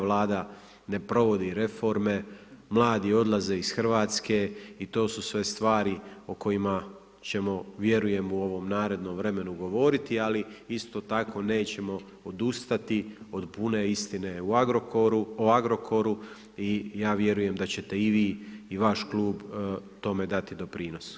Vlada ne provodi reforme, mladi odlaze iz Hrvatske i to su sve stvari o kojima ćemo vjerujem u ovom narednom vremenu govoriti, ali isto tako nećemo odustati od pune istine o Agrokoru i ja vjerujem da ćete i vi i vaš klub tome dati doprinos.